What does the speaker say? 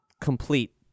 complete